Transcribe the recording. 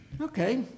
Okay